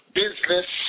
business